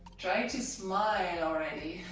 to smile already.